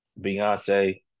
Beyonce